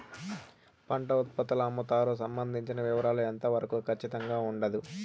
పంట ఉత్పత్తుల అమ్ముతారు సంబంధించిన వివరాలు ఎంత వరకు ఖచ్చితంగా ఉండదు?